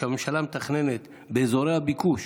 שהממשלה מתכננת באזורי הביקוש,